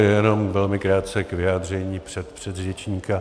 Jenom velmi krátce k vyjádření předpředřečníka.